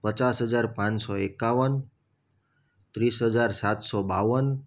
પચાસ હજાર પાંચસો એકાવન ત્રીસ હજાર સાતસો બાવન